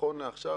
נכון לעכשיו,